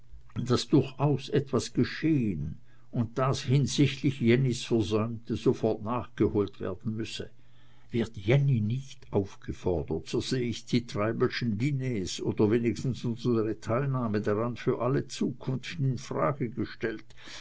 daß durchaus etwas geschehen und das hinsichtlich jennys versäumte sofort nachgeholt werden müsse wird jenny nicht aufgefordert so seh ich die treibelschen diners oder wenigstens unsere teilnahme daran für alle zukunft in frage gestellt